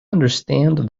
understand